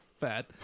fat